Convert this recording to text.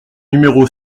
numéro